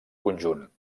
conjunt